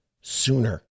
sooner